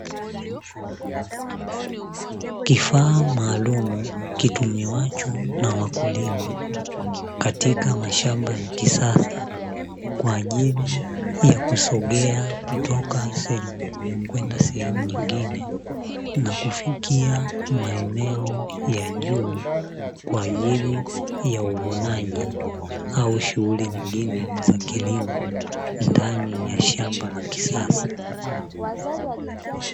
Kifaa maalumu kitumiwacho na wakulima katika mashamba ya kisasa, kwa ajili ya kusogea kutoka sehemu moja kwenda sehemu nyingine, na kufikia maeneo ya juu kwa ajili ya uvunaji au shughuli nyingine za kilimo, ndani ya shamba la kisasa.